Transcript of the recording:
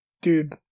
Dude